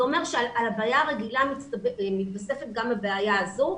זה אומר שעל הבעיה הרגילה מתווספת גם הבעיה הזו.